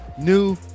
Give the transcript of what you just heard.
new